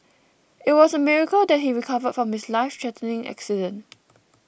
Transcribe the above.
it was a miracle that he recovered from his lifethreatening accident